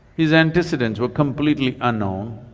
his antecedence were completely unknown.